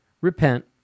repent